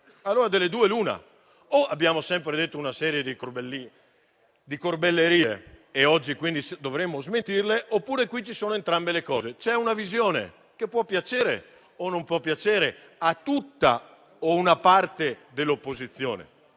Allora, delle due l'una: o abbiamo sempre detto una serie di corbellerie e oggi quindi dovremmo smentirle, oppure ci sono entrambe le cose. C'è una visione - che può piacere o no a tutta l'opposizione